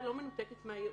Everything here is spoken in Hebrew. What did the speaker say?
מנותקת מהייעוץ.